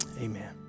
amen